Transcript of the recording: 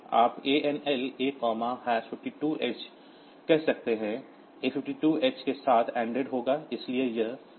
आप ANL A52h कह सकते हैं A 52hex के साथ ANDED होगा इसलिए यह तत्काल मोड है